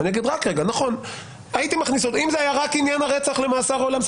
אני אגיד: אם זה היה רק עניין הרצח למאסר העולם,